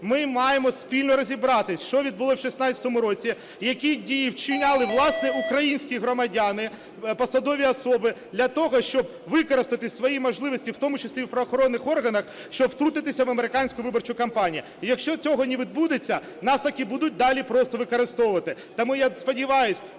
Ми маємо спільно розібратися, що відбулося в 16-му році, які дії вчиняли, власне, українські громадяни, посадові особи для того, щоб використати свої можливості, в тому числі в правоохоронних органах, щоб втрутитись в американську виборчу кампанію. Якщо цього не відбудеться, нас так і будуть далі просто використовувати. Тому я сподіваюсь,